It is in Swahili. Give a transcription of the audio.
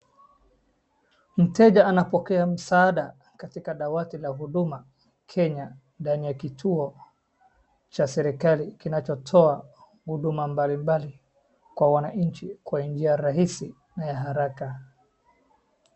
Mteja anapokea msaada katika dawati za huduma kenya ndani ya kituo cha serikali kinachotoa huduma mbalimbali kwa wananchi kwa njia rahisi na ya haraka.